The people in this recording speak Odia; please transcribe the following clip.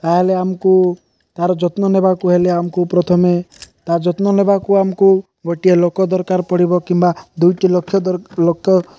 ତାହେଲେ ଆମକୁ ତାର ଯତ୍ନ ନେବାକୁ ହେଲେ ଆମକୁ ପ୍ରଥମେ ତା ଯତ୍ନ ନେବାକୁ ଆମକୁ ଗୋଟିଏ ଲୋକ ଦରକାର ପଡ଼ିବ କିମ୍ବା ଦୁଇଟି